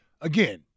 again